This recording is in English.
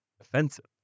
offensive